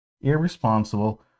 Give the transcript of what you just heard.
irresponsible